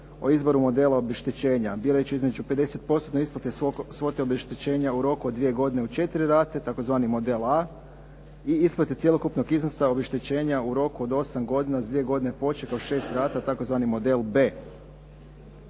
o izboru modela obeštećenja, birajući između 50% na isplate svote obeštećenja u roku od dvije godine u četiri rate, tzv. model A i isplate cjelokupnog iznosa obeštećenja u roku od 8 godina s dvije godine počeka od 6 rata, tzv. model B.